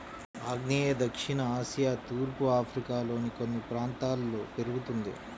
ఆగ్నేయ దక్షిణ ఆసియా తూర్పు ఆఫ్రికాలోని కొన్ని ప్రాంతాల్లో పెరుగుతుంది